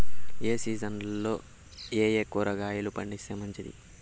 ఏ సీజన్లలో ఏయే కూరగాయలు పండిస్తే మంచిది